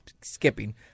skipping